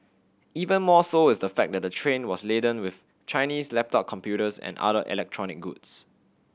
even more so is the fact that the train was laden with Chinese laptop computers and other electronic goods